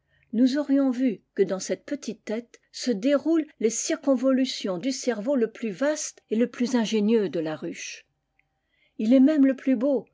nous aurions vu que dans cette petite tête se déroulent les circonvolutions du cerveau le plus vaste et le plus ingénieux de la ruche il est même le plus beau